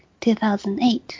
2008